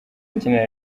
akinira